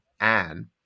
Anne